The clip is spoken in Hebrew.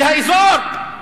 של האזור?